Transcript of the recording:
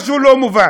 משהו לא מובן.